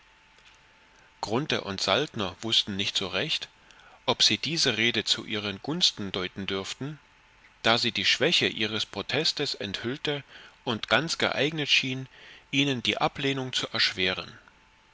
grunthe und saltner wußten nicht recht ob sie diese rede zu ihren gunsten deuten dürften da sie die schwäche ihres protestes enthüllte und ganz geeignet schien ihnen die ablehnung zu erschweren